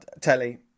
Telly